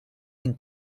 can